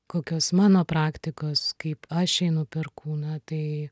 kokios mano praktikos kaip aš einu per kūną tai